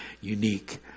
unique